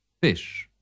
Fish